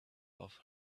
off